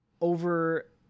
Over